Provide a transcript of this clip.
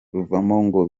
ngo